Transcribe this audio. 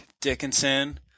Dickinson